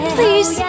Please